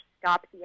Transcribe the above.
Stop